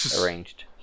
arranged